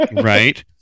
Right